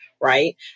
right